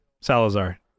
Salazar